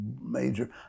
major